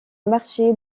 marché